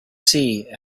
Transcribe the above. see